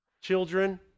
children